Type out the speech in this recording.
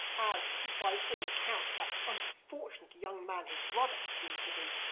as, by all accounts, that unfortunate young man his brother seems to be.